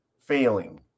failing